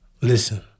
Listen